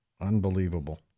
Unbelievable